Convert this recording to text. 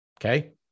okay